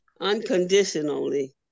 unconditionally